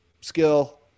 skill